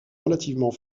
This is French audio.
relativement